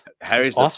Harry's